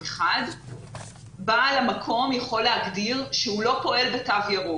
אחד - בעל המקום יכול להגדיר שהוא לא פועל בתו ירוק.